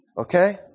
Okay